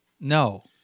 no